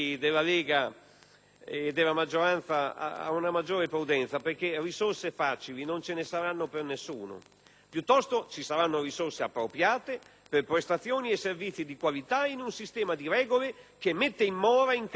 maggioranza ad una maggiore prudenza perché risorse facili non ce ne saranno per nessuno. Piuttosto, ci saranno risorse appropriate per prestazioni e servizi di qualità in un sistema di regole che mette in mora incapacità e sprechi.